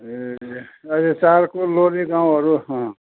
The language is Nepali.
ए अझै चार्को लोलेगाउँहरू